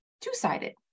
two-sided